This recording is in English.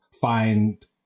find